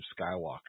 Skywalker